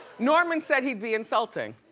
norman said he'd be insulting,